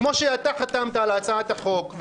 כמו שחתמת על הצעת החוק,